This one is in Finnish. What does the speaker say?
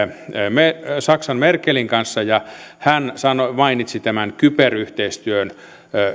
saksan merkelin kanssa ja hän mainitsi kyber yhteistyön